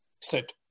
sit